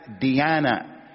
diana